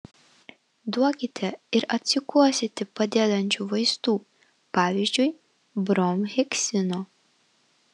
duokite ir atsikosėti padedančių vaistų pavyzdžiui bromheksino